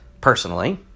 personally